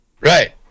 Right